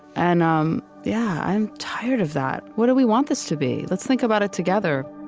and, um yeah, i'm tired of that. what do we want this to be? let's think about it together